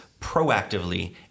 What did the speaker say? proactively